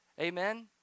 Amen